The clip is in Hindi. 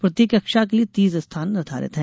प्रत्येक कक्षा के लिये तीस स्थान निर्धारित है